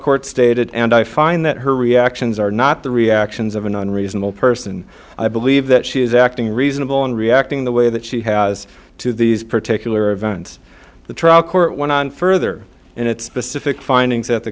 court stated and i find that her reactions are not the reactions of an unreasonable person i believe that she is acting reasonable and reacting the way that she has to these particular events the trial court went on further and it's specific findings at the